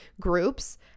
groups